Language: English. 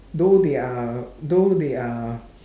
though they are though they are